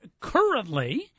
currently